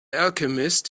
alchemist